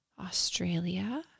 Australia